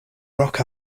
rock